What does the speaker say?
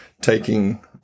taking